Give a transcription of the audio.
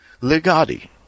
Legati